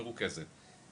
מרוכזת.